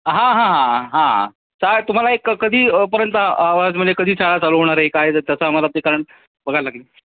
हां हां हां हां हां चालेल तुम्हाला एक कधी पर्यंत हवं आहे म्हणजे कधी शाळा चालू होणारे काय जर तसं आम्हाला ते कारण बघायला लागेल